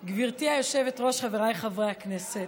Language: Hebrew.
היושבת-ראש, חבריי חברי הכנסת,